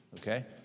okay